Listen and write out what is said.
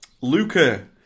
Luca